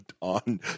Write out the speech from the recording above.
on